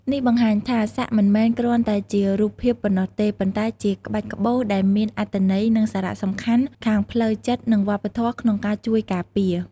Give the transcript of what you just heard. នេះបង្ហាញថា សាក់មិនមែនគ្រាន់តែជារូបភាពប៉ុណ្ណោះទេ ប៉ុន្តែជាក្បាច់ក្បូរដែលមានអត្ថន័យ និងសារៈសំខាន់ខាងផ្លូវចិត្ត និងវប្បធម៌ក្នុងការជួយការពារ។